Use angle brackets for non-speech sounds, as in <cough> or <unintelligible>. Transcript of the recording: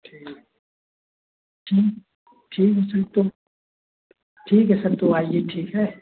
ठीक <unintelligible> <unintelligible> तो ठीक है सर तो आइए ठीक है